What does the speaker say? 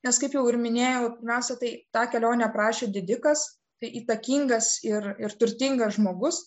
nes kaip jau ir minėjau pirmiausia tai tą kelionę aprašė didikas tai įtakingas ir ir turtingas žmogus